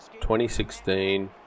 2016